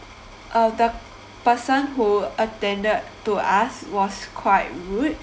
uh the person who attended to us was quite rude